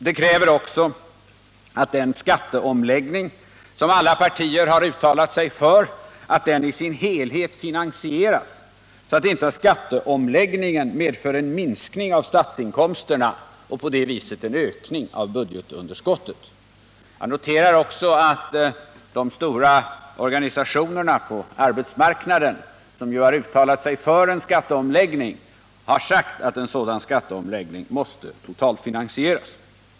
Det kräver också att den skatteomläggning som alla partier uttalat sig för i sin helhet finansieras, så att inte skatteomläggningen medför en minskning av statsinkomsterna och på det viset en ökning av budgetunder skottet. Jag noterar också att de stora organisationerna på arbetsmarknaden, som ju har uttalat sig för en skatteomläggning, har sagt att en sådan skatteomläggning måste totalfinansieras.